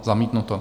Zamítnuto.